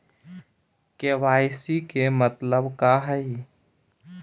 KYC के मतलब का हई?